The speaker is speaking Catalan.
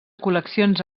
col·leccions